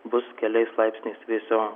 bus keliais laipsniais vėsiau